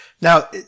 Now